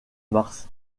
mars